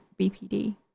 BPD